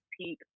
peak